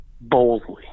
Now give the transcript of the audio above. boldly